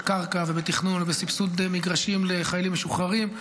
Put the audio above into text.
קרקע ותכנון וסבסוד מגרשים לחיילים משוחררים.